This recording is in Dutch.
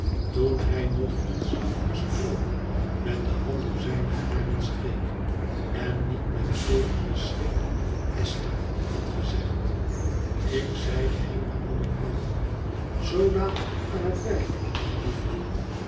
toen hij nog eens verstrooid met de hand door zijne haren streek en niet met zekeren schrik esther had gezegd ik zeide hem waarom ik kwam zoo laat aan het werk liefje